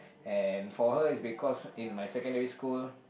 and for her it's because in my secondary school